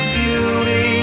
beauty